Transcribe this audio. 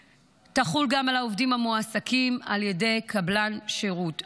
תחול גם על העובדים המועסקים על ידי קבלן שירות.